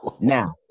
Now